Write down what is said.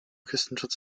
küstenschutz